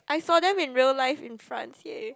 I saw them in real life in France ya